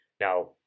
Now